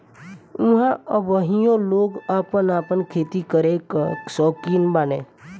ऊहाँ अबहइयो लोग आपन आपन खेती करे कअ सौकीन बाने